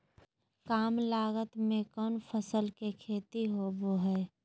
काम लागत में कौन फसल के खेती होबो हाय?